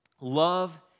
Love